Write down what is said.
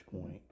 point